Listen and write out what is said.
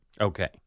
Okay